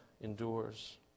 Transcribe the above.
endures